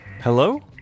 Hello